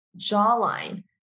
jawline